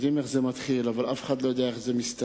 יודעים איך זה מתחיל אבל אף אחד לא יודע איך זה מסתיים.